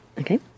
Okay